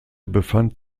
befand